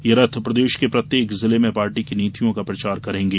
ये रथ प्रदेश के प्रत्येक जिले में पार्टी की नीतियों का प्रचार करेंगे